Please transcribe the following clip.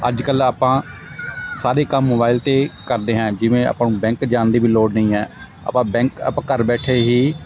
ਅੱਜ ਕੱਲ੍ਹ ਆਪਾਂ ਸਾਰੇ ਕੰਮ ਮੋਬਾਇਲ 'ਤੇ ਕਰਦੇ ਹਾਂ ਜਿਵੇਂ ਆਪਾਂ ਨੂੰ ਬੈਂਕ ਜਾਣ ਦੀ ਵੀ ਲੋੜ ਨਹੀਂ ਹੈ ਆਪਾਂ ਬੈਂਕ ਆਪਾਂ ਘਰ ਬੈਠੇ ਹੀ